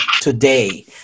Today